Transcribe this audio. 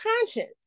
conscience